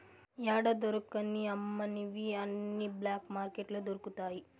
యాడా దొరకని అమ్మనివి అన్ని బ్లాక్ మార్కెట్లో దొరుకుతాయి